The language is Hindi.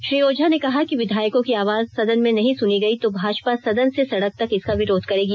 श्री ओझा ने कहा कि विधायकों की आवाज सदन में नहीं सुनी गई तो भाजपा सदन से सड़क तक इसका विरोध करेगी